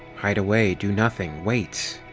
hide away, do nothing, wait.